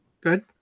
Good